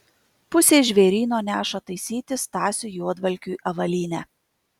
pusė žvėryno neša taisyti stasiui juodvalkiui avalynę